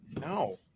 no